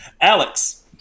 Alex